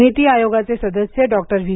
नीति आयोगाचे सदस्य doctor we